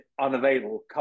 unavailable